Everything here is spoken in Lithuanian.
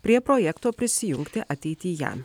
prie projekto prisijungti ateityje